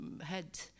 head